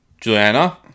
Juliana